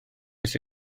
oes